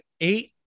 eight